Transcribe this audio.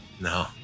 No